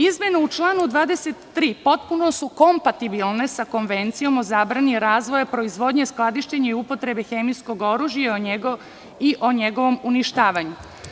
Izmene u članu 23. potpuno su kompatibilne sa Konvencijom o zabrani razvoja, proizvodnje, skladištenja i upotrebe hemijskog oružja i o njegovom uništavanju.